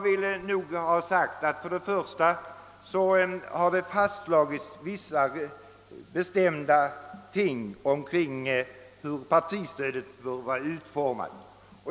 Det har av utskottet gjorts vissa bestämda ut talanden om hur partistödet bör vara utformat.